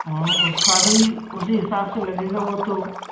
हाँ उसका भी उसी हिसाब से लगेगा वो तो